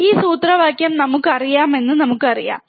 ഈ സൂത്രവാക്യം നമുക്കറിയാമെന്ന് നമുക്കറിയാം